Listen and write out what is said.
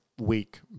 week